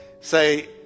Say